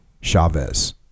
Chavez